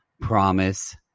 promise